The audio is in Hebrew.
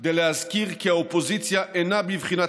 כדי להזכיר כי האופוזיציה אינה בבחינת